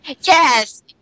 Yes